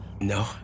No